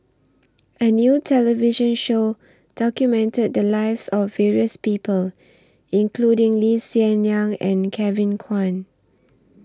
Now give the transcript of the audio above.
A New television Show documented The Lives of various People including Lee Hsien Yang and Kevin Kwan